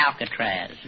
Alcatraz